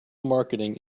marketing